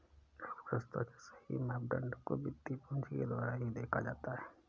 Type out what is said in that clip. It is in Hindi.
अर्थव्यव्स्था के सही मापदंड को वित्तीय पूंजी के द्वारा ही देखा जाता है